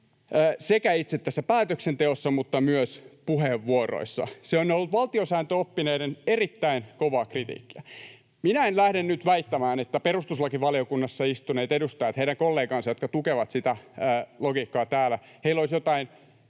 sekä itse tässä päätöksenteossa että myös puheenvuoroissa. Se on ollut valtiosääntöoppineiden erittäin kovaa kritiikkiä. Minä en lähde nyt väittämään, että perustuslakivaliokunnassa istuneilla edustajilla ja heidän kollegoillaan, jotka tukevat sitä logiikkaa täällä, olisi joitain